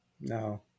No